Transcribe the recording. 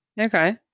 Okay